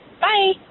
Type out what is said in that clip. bye